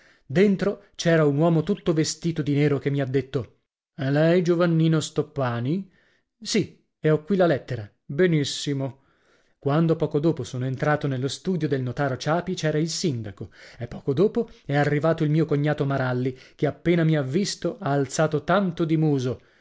dentro c'era un uomo tutto vestito di nero che mi ha detto è lei giovannino stoppani sì e ho qui la lettera benissimo quando poco dopo sono entrato nello studio del notaro ciapi c'era il sindaco e poco dopo è arrivato il mio cognato maralli che appena mi ha visto ha alzato tanto di muso